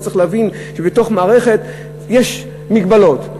אתה צריך להבין שבתוך מערכת יש מגבלות.